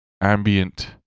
ambient